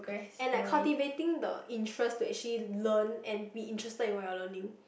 and like cultivating the interest to actually learn and be interested in what you're learning